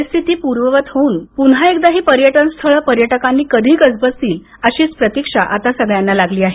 परिस्थिती सामान्य होऊन पुन्हा एकदा ही पर्यटनस्थळं पर्यटकांनी कधी गजबजतील अशीच प्रतीक्षा आता सगळ्यांना आहे